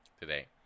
today